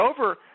over